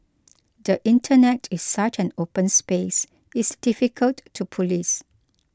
the Internet is such an open space it's difficult to police